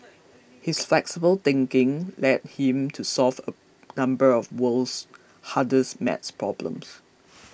his flexible thinking led him to solve a number of world's hardest maths problems